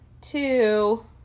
two